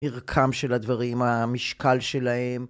מרקם של הדברים, המשקל שלהם.